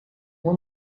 uma